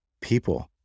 people